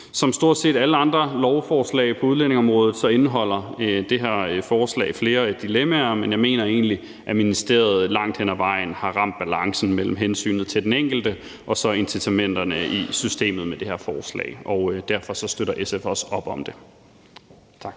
Som stort set alle andre forslag på udlændingeområdet indeholder det her forslag flere dilemmaer, men jeg mener egentlig, at ministeriet med det her forslag langt hen ad vejen har ramt balancen mellem hensynet til den enkelte og så incitamenterne i systemet. Derfor støtter SF også op om det. Tak.